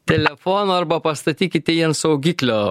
telefono arba pastatykite jį ant saugiklio